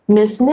,Miss